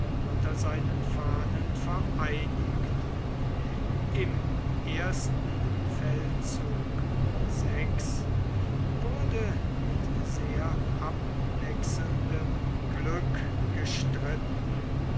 unter seinen fahnen vereinigt im ersten feldzug wurde mit sehr abwechselndem glück gestritten